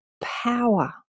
power